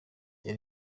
yari